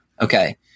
Okay